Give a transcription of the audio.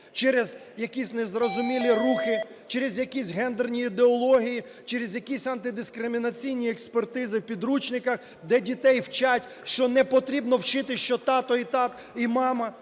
через якісь незрозумілі рухи, через якісь гендерні ідеології, через якісь антидискримінаційні експертизи в підручниках, де дітей вчать, що не потрібно вчити, що тато і мама